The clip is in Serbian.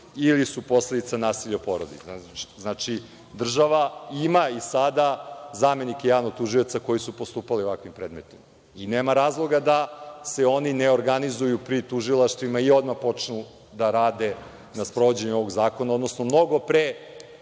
ili su posledica nasilja u porodici. Znači, država ima i sada zamenike javnog tužioca koji su postupali u ovakvim predmetima. Nema razloga da se oni ne organizuju pri tužilaštvima i odmah počnu da rade na sprovođenju ovog zakona, odnosno mnogo pre